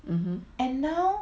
um hmm